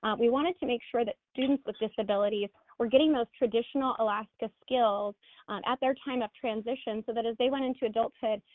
um we wanted to make sure that students with disabilities were getting those traditional alaska skills at their time of transition so as they went into adulthood,